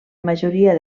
majoria